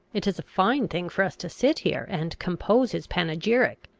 it is a fine thing for us to sit here and compose his panegyric.